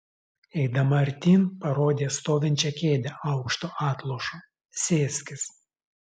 eidama artyn parodė stovinčią kėdę aukštu atlošu sėskis